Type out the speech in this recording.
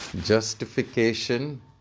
Justification